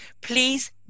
Please